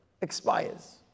expires